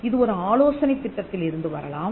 இது ஒரு ஆலோசனைத் திட்டத்திலிருந்து வரலாம்